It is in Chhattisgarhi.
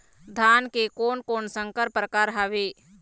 धान के कोन कोन संकर परकार हावे?